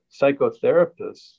psychotherapists